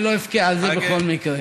אני לא אבכה על זה בכל מקרה.